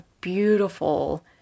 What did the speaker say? beautiful